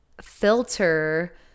filter